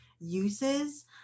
uses